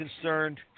concerned